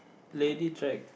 lady drag